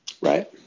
Right